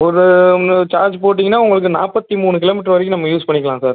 ஒரு சார்ஜ் போட்டீங்கன்னா உங்களுக்கு நாற்பத்தி மூணு கிலோ மீட்டர் வரைக்கும் நம்ம யூஸ் பண்ணிக்கலாம் சார்